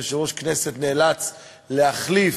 שיושב-ראש כנסת נאלץ להחליף,